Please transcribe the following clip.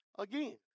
Again